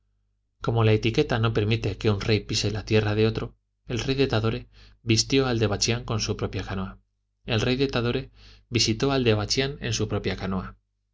como la etiqueta no permite que un rey pise la tierra de otro el rey de tadore visitó al de bachián en su propia canoa